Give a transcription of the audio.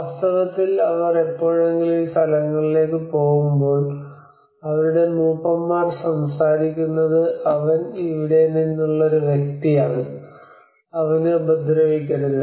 വാസ്തവത്തിൽ അവർ എപ്പോഴെങ്കിലും ഈ സ്ഥലങ്ങളിലേക്ക് പോകുമ്പോൾ അവരുടെ മൂപ്പന്മാർ സംസാരിക്കുന്നത് അവൻ ഇവിടെ നിന്നുള്ള ഈ വ്യക്തിയാണ് അവനെ ഉപദ്രവിക്കരുത്